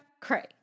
cray